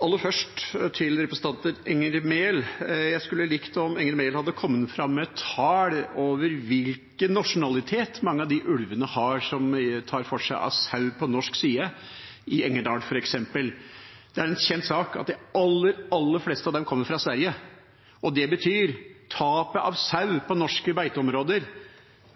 Aller først til representanten Enger Mehl: Jeg skulle ha likt det om hun hadde kommet fram med tall over nasjonaliteten til mange av de ulvene som tar for seg av sau på norsk side, f.eks. i Engerdal. Det er en kjent sak at de aller, aller fleste av dem kommer fra Sverige. Det betyr at tapet av sau på norske beiteområder i stor grad